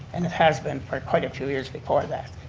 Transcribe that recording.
and it has been for quite a few years before that,